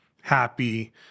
happy